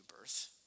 birth